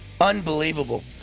Unbelievable